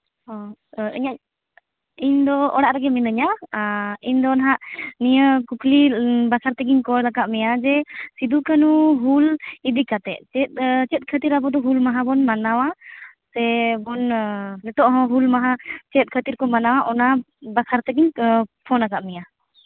ᱚ ᱤᱧᱟᱹᱜ ᱤᱧ ᱫᱚ ᱚᱲᱟᱜ ᱨᱮᱜᱮ ᱢᱤᱱᱟᱹᱧᱟ ᱟᱨ ᱤᱧ ᱫᱚ ᱦᱟᱸᱜ ᱱᱤᱭᱟᱹ ᱠᱩᱠᱞᱤ ᱵᱟᱠᱷᱨᱟ ᱛᱮᱜᱮᱧ ᱠᱚᱞ ᱟᱠᱟᱫ ᱢᱮᱭᱟ ᱡᱮ ᱥᱤᱫᱩ ᱠᱟᱹᱱᱦᱩ ᱦᱩᱞ ᱤᱫᱤ ᱠᱟᱛᱮᱫ ᱪᱮᱫ ᱪᱮᱫ ᱠᱷᱟᱹᱛᱤᱨ ᱟᱵᱚ ᱫᱚ ᱦᱩᱞ ᱢᱟᱦᱟ ᱵᱚᱱ ᱢᱟᱱᱟᱣᱟ ᱥᱮ ᱵᱚᱱ ᱱᱤᱛᱳᱜ ᱦᱚᱸ ᱦᱩᱞ ᱢᱟᱦᱟ ᱪᱮᱫ ᱠᱷᱟᱹᱛᱤᱨ ᱠᱚ ᱢᱟᱱᱟᱣᱟ ᱚᱱᱟ ᱵᱟᱠᱷᱨᱟ ᱛᱮᱜᱤᱧ ᱯᱷᱳᱱ ᱟᱠᱟᱫ ᱢᱮᱭᱟ